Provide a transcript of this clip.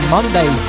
Monday